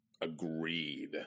agreed